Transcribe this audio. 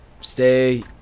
stay